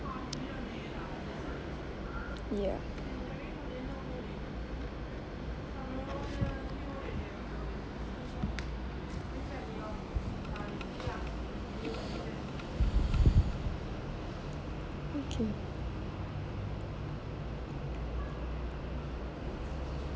ya okay